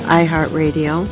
iHeartRadio